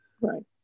right